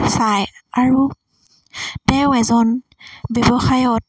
চায় আৰু তেওঁ এজন ব্যৱসায়ত